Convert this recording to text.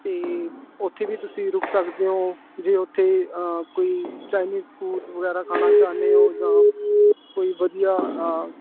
ਅਤੇ ਉੱਥੇ ਵੀ ਤੁਸੀਂ ਰੁੱਕ ਸਕਦੇ ਓਂ ਜੇ ਉੱਥੇ ਕੋਈ ਚਾਈਨੀਜ਼ ਫ਼ੂਡ ਵਗੈਰਾ ਖਾਣਾ ਚਾਹੁੰਦੇ ਓਂ ਜਾਂ ਕੋਈ ਵਧੀਆ